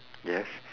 yes